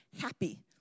happy